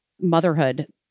motherhood